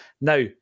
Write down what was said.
Now